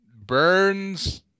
Burns